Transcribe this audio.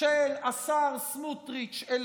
של השר סמוטריץ' אליך.